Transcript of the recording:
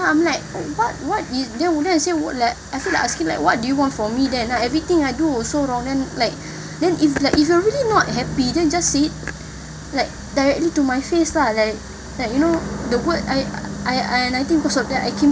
I'm like what what you then I said what like I feel like asking like what do you want from me then like everything I do was so wrong then like then if like if you're really not happy then just say it like directly to my face lah like like you know the word I I I and I think because of that I